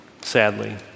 sadly